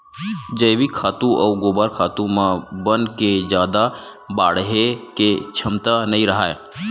जइविक खातू अउ गोबर खातू म बन के जादा बाड़हे के छमता नइ राहय